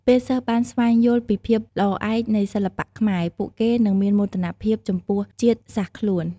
ពេលសិស្សបានស្វែងយល់ពីភាពល្អឯកនៃសិល្បៈខ្មែរ ពួកគេនឹងមានមោទនភាពចំពោះជាតិសាសន៍ខ្លួន។